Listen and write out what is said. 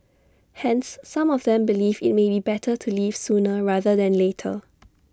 hence some of them believe IT may be better to leave sooner rather than later